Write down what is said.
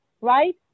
right